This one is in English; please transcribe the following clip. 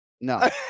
No